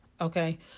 okay